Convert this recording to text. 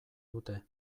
dute